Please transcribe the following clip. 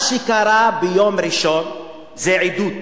מה שקרה ביום ראשון זה עדות,